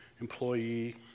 employee